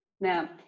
now